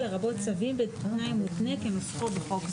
לרבות צווים בתנאי מותנה כנוסחו בחוק זה,